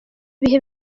bihe